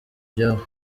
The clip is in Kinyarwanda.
byabo